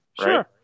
Sure